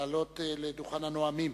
לעלות לדוכן הנואמים